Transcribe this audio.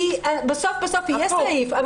כי בסוף בסוף יהיה סעיף.